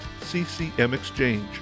CCMExchange